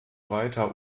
weiter